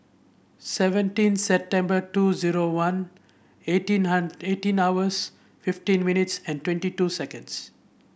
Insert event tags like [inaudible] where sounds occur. seventeen September two zero one eighteen [unintelligible] eighteen hours fifteen minutes and twenty two seconds